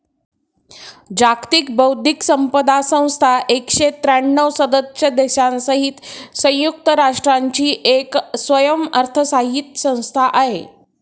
जागतिक बौद्धिक संपदा संस्था एकशे त्र्यांणव सदस्य देशांसहित संयुक्त राष्ट्रांची एक स्वयंअर्थसहाय्यित संस्था आहे